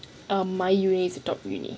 um my uni is the top uni